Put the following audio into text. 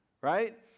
right